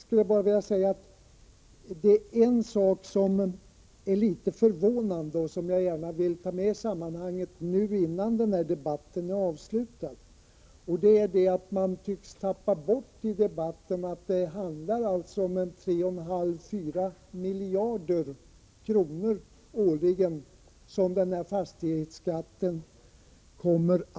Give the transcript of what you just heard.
Det finns en sak som är litet förvånande och som jag gärna vill ta med i sammanhanget innan denna debatt är avslutad, nämligen det faktum att man i debatten tycks tappa bort att fastighetsskatten årligen kommer att ge 3,54 miljarder kronor.